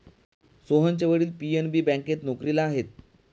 सोहनचे वडील पी.एन.बी बँकेत नोकरीला आहेत